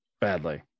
badly